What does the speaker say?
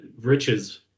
riches